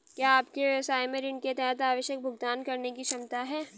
क्या आपके व्यवसाय में ऋण के तहत आवश्यक भुगतान करने की क्षमता है?